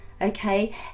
okay